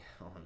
on